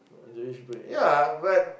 yeah but